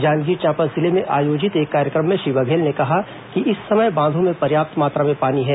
जांजगीर चांपा जिले में आयोजित एक कार्यक्रम में श्री बघेल ने कहा कि इस समय बांधो में पर्याप्त मात्रा में पानी है